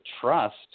trust